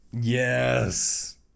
Yes